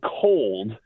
cold